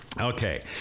okay